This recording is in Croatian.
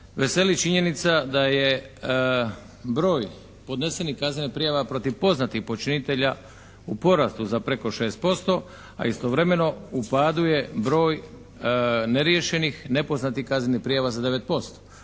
veseli činjenica da je broj podnesenih kaznenih prijava protiv poznatih počinitelja u porastu za preko 6% a istovremeno u padu je broj neriješenih nepoznatih kaznenih prijava za 9%